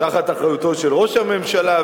באחריותו של ראש הממשלה,